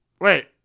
Wait